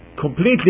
Completely